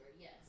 Yes